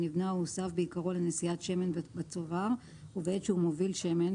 שנבנה או הוסב בעיקרו לנשיאת שמן בצובר ובעת שהוא מוביל שמן,